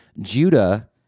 Judah